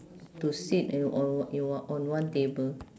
to sit in on i~ on one table